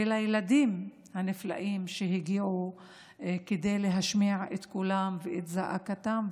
ולילדים הנפלאים שהגיעו כדי להשמיע את קולם ואת זעקתם,